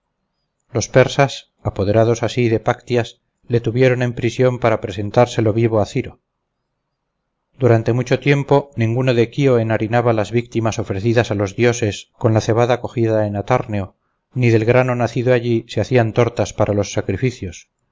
los persas apoderados así de páctyas le tuvieron en prisión para presentársela vivo a ciro durante mucho tiempo ninguno de quío enharinaba las víctimas ofrecidas a los dioses con la cebada cogida en atárneo ni del grano nacido allí se hacían tortas para los sacrificios